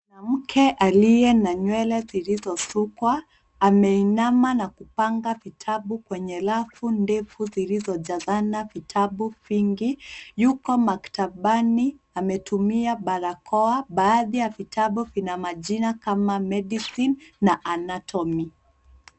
Mke aliye na nywele zilizosukwa, ameinama na kupanga vitabu kwenye rafu ndefu zilizojazana vitabu vingi. Yuko maktabani, ametumia barakoa. Baadhi ya vitabu vina majina kama, medicine na anatomy .